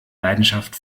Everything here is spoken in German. leidenschaft